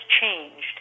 changed